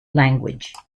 language